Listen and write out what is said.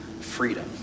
freedom